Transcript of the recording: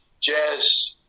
jazz